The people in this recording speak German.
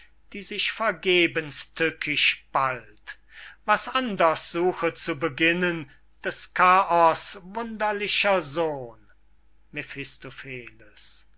die sich vergebens tückisch ballt was anders suche zu beginnen des chaos wunderlicher sohn